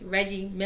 Reggie